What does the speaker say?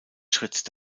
schritt